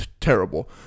terrible